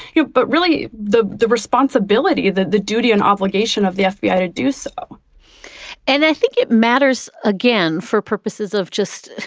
yeah but really the the responsibility that the duty and obligation of the fbi to do so and i think it matters, again, for purposes of just